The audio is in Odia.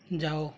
ଯାଅ